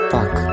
Fuck